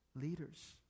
leaders